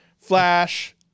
Flash